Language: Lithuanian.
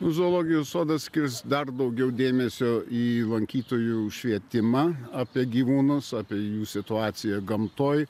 zoologijos sodas skirs dar daugiau dėmesio į lankytojų švietimą apie gyvūnus apie jų situaciją gamtoj